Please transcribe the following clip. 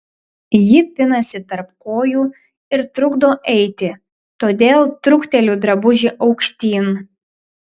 ji pinasi tarp kojų ir trukdo eiti todėl trukteliu drabužį aukštyn